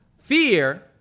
Fear